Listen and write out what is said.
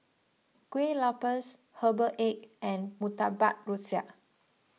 Kueh Lopes Herbal Egg and Murtabak Rusa